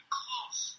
close